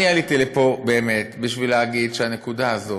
אני עליתי לפה בשביל להגיד שהנקודה הזאת,